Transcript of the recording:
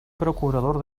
procurador